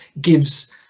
gives